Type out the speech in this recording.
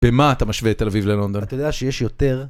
במה אתה משווה את תל אביב ללונדון? אתה יודע שיש יותר?